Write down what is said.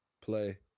play